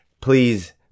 please